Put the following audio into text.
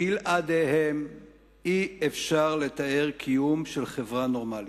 בלעדיהם אי-אפשר לתאר קיום של חברה נורמלית.